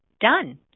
Done